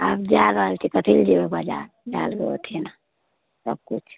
आब जै रहल छी कथीलए जएबै बाजार दै देबै अथी लै लेबौ ओहिठिना सबकिछु